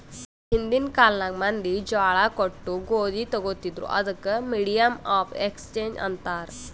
ಹಿಂದಿನ್ ಕಾಲ್ನಾಗ್ ಮಂದಿ ಜ್ವಾಳಾ ಕೊಟ್ಟು ಗೋದಿ ತೊಗೋತಿದ್ರು, ಅದಕ್ ಮೀಡಿಯಮ್ ಆಫ್ ಎಕ್ಸ್ಚೇಂಜ್ ಅಂತಾರ್